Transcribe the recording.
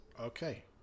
Okay